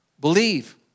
believe